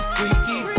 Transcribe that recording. Freaky